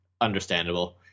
understandable